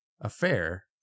affair